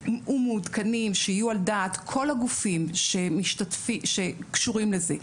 ומעודכנים שיהיו על דעת כל הגופים שקשורים לזה,